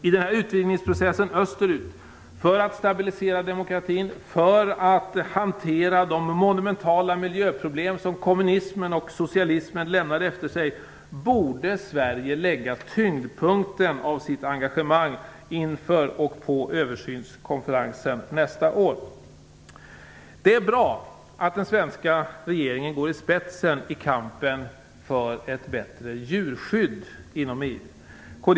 I denna utvidgningsprocess österut, för att stabilisera demokratin, för att hantera de monumentala miljöproblem som kommunismen och socialismen lämnade efter sig borde Sverige lägga tyngdpunkten av sitt engagemang inför och på översynskonferensen nästa år. Det är bra att den svenska regeringen går i spetsen i kampen för ett bättre djurskydd inom EU.